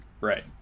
right